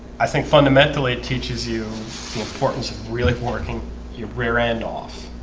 i think fundamentally teaches you the importance of really working your rear end off